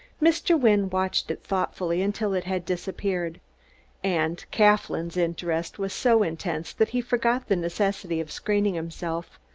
mr. wynne watched it thoughtfully until it had disappeared and claflin's interest was so intense that he forgot the necessity of screening himself,